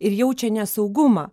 ir jaučia nesaugumą